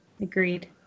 agreed